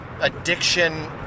addiction